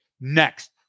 next